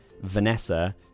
Vanessa